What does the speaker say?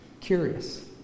curious